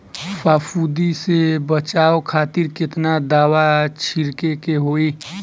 फाफूंदी से बचाव खातिर केतना दावा छीड़के के होई?